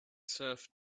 serve